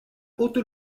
haute